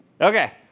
Okay